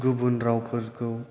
गुबुन रावफोरखौ